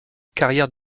carrière